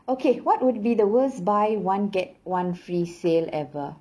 okay what would be the worst buy one get one free sale ever